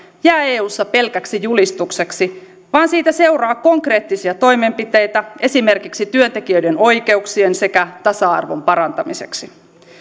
jää eussa pelkäksi julistukseksi vaan että siitä seuraa konkreettisia toimenpiteitä esimerkiksi työntekijöiden oikeuksien sekä tasa arvon parantamiseksi